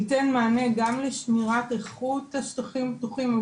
ייתן מענה גם לשמירת איכות השטחים הפתוחים,